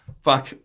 fuck